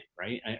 right